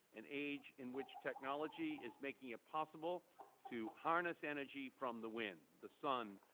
an age in which technology is making it possible to harness energy from the wind, the sun,